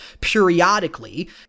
periodically